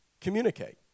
communicate